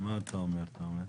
מה אתה אומר תומר?